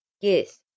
Yes